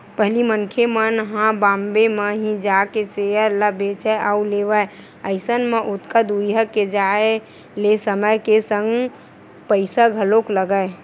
पहिली मनखे मन ह बॉम्बे म ही जाके सेयर ल बेंचय अउ लेवय अइसन म ओतका दूरिहा के जाय ले समय के संग पइसा घलोक लगय